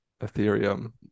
Ethereum